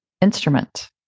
instrument